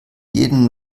jeden